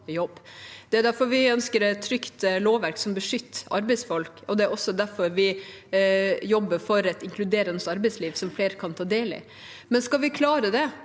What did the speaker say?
Det er derfor vi ønsker et trygt lovverk som beskytter arbeidsfolk, og det er også derfor vi jobber for et inkluderende arbeidsliv som flere kan ta del i. Skal vi klare det,